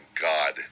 God